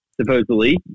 supposedly